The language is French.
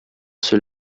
ceux